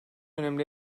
önemli